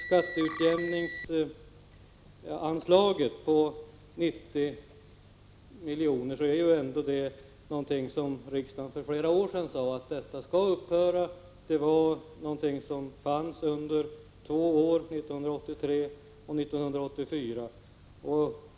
Skatteutjämningsanslaget på 90 milj.kr. är någonting som riksdagen för flera år sedan beslutade skulle upphöra. Det fanns under två år — 1983 och 1984.